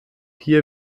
hier